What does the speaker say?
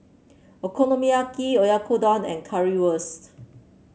Okonomiyaki Oyakodon and Currywurst